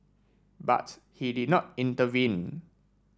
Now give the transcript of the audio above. but he did not intervene